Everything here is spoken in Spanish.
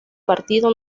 partido